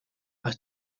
i’d